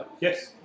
Yes